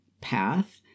path